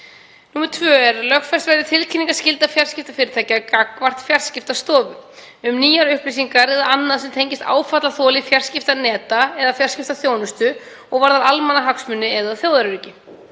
verði lögfest tilkynningarskylda fjarskiptafyrirtækja gagnvart Fjarskiptastofu um nýjar upplýsingar eða annað sem tengist áfallaþoli fjarskiptaneta eða fjarskiptaþjónustu og varðar almannahagsmuni eða þjóðaröryggi.